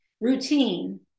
routine